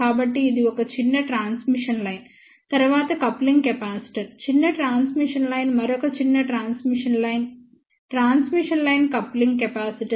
కాబట్టి ఇది ఒక చిన్న ట్రాన్స్మిషన్ లైన్ తరువాత కప్లింగ్ కెపాసిటర్ చిన్న ట్రాన్స్మిషన్ లైన్ మరొక చిన్న transmission line transmission line coupling capacitor